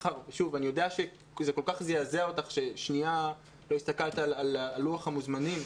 אני יודע שזה כל כך זעזע אותך עד שלרגע לא הסתכלת על לוח המוזמנים,